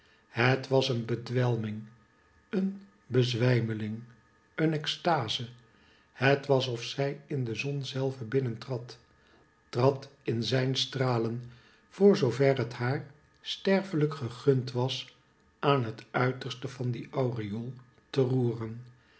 het was een bedwelming een bezwijmeling een extaze het was of zij in de zon zelve binnentrad trad in zijn stralen voor zoo ver het haar sterfelijk gegund was aan het uiterste van dien aureool te roeren